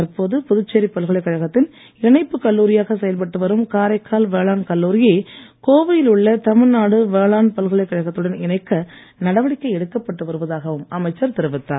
தற்போது புதுச்சேரி பல்கலைகழகத்தின் இணைப்பு கல்லூரியாக செயல்பட்டு வரும் காரைக்கால் வேளாண் கல்லூரியை கோவையில் உள்ள தமிழ்நாடு வேளாண் பல்கலைக் கழகத்துடன் இணைக்க நடவடிக்கை எடுக்கப்பட்டு வருவதாகவும் அமைச்சர் தெரிவித்தார்